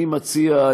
אני מציע,